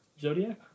Zodiac